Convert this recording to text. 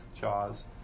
jaws